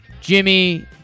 Jimmy